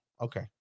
Okay